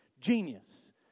Genius